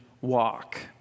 walk